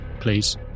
please